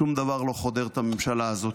שום דבר לא חודר את הממשלה הזאת.